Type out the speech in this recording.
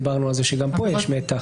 דיברנו על כך שגם כאן יש מתח.